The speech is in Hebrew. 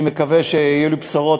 אני מקווה שכשיהיו לי בשורות,